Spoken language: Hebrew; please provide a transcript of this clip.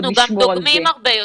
כי אנחנו גם דוגמים הרבה יותר.